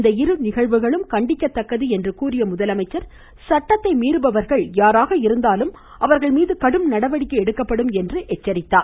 இந்த இரு நிகழ்வுகளும் கண்டிக்கத்தக்கது என்று கூறிய முதலமைச்சர் சட்டத்தை மீறுபவர்கள் யாராக இருந்தாலும் அவர்கள்மீது கடும் நடவடிக்கை எடுக்கப்படும் என்றும் எச்சரித்தார்